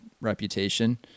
reputation